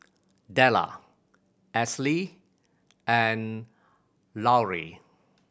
Dellar Esley and Lauri